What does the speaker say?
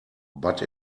but